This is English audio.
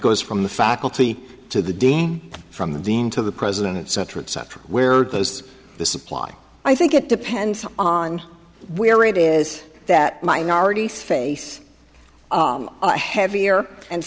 goes from the faculty to the dating from the dean to the president cetera et cetera where those the supply i think it depends on where it is that minorities face a heavier and